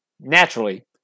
naturally